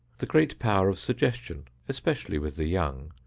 the great power of suggestion, especially with the young,